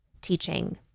teaching